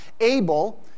Abel